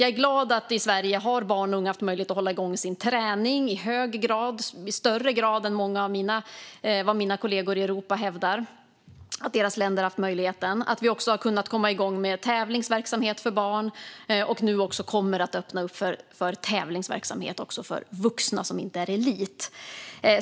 Jag är glad att barn och unga i Sverige har haft möjlighet att hålla igång sin träning i hög grad - i högre grad än vad många av mina kollegor i Europa hävdar att deras länder haft möjlighet till. Jag är även glad över att vi har kunnat komma igång med tävlingsverksamhet för barn och nu också kommer att öppna upp för tävlingsverksamhet för vuxna som inte är elit.